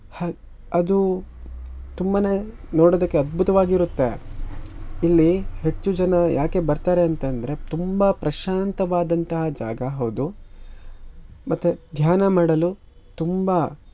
ಹ ಅದು ತುಂಬಾ ನೋಡೋದಕ್ಕೆ ಅದ್ಭುತವಾಗಿರುತ್ತೆ ಇಲ್ಲಿ ಹೆಚ್ಚು ಜನ ಯಾಕೆ ಬರ್ತಾರೆ ಅಂತಂದರೆ ತುಂಬ ಪ್ರಶಾಂತವಾದಂತಹ ಜಾಗ ಹೌದು ಮತ್ತು ಧ್ಯಾನ ಮಾಡಲು ತುಂಬ